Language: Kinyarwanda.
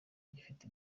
gafite